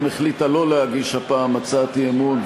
החליטה שלא להגיש הפעם הצעת אי-אמון,